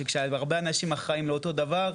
שכשהרבה אנשים אחראים לאותו הדבר,